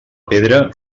pedra